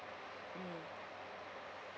mm